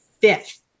fifth